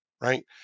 right